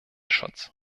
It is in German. schutz